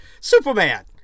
Superman